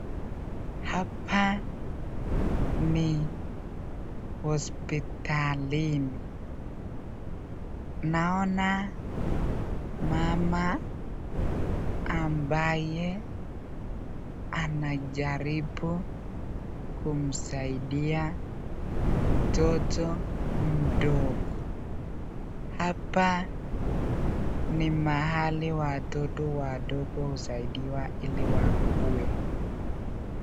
Hapa ni hospitalini. Naona mama ambaye anajaribu kumsaidia mtoto mdogo. Hapa ni mahali watoto wadogo husidiwa ili wakue.